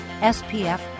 SPF